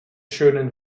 schönen